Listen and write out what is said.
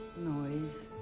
noise.